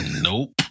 nope